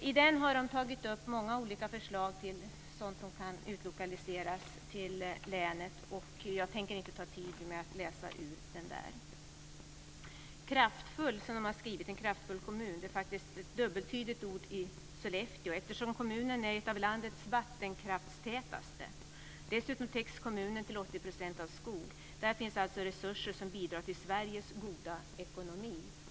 I häftet har man tagit upp många olika förslag om sådant som kan utlokaliseras till länet, men jag tänker inte ta tid i anspråk för att läsa upp vad som står. Kraftfull är faktiskt ett dubbeltydigt ord när det gäller Sollefteå, eftersom kommunen är en av landets vattenkraftstätaste. Dessutom täcks kommunen till 80 % av skog. Där finns alltså resurser som bidrar till Sveriges goda ekonomi.